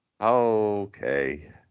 okay